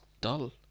dull